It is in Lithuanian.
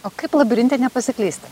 o kaip labirinte nepasiklysti